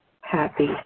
happy